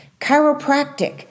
chiropractic